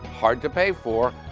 hard to pay for,